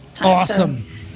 Awesome